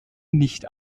nicht